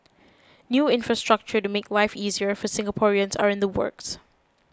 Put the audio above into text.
new infrastructure to make life easier for Singaporeans are in the works